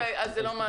אז זה לא מעניין.